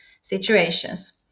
situations